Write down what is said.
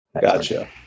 Gotcha